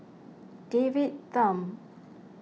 David Tham